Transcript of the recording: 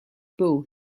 bull